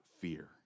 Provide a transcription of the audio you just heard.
fear